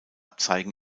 zeigen